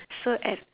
so at